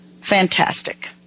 Fantastic